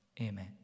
Amen